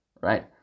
right